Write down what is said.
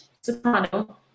soprano